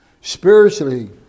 Spiritually